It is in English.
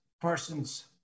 person's